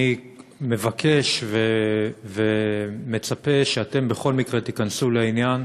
אני מבקש ומצפה שאתם בכל מקרה תיכנסו לעניין